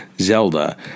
Zelda